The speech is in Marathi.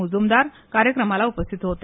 मुजूमदार कार्यक्रमाला उपस्थित होते